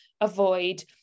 avoid